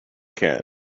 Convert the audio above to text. can